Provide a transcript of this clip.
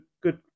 good